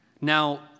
Now